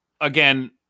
again